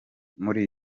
muri